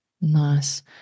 Nice